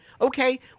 okay